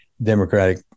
Democratic